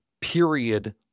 period